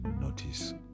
notice